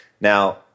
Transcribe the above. Now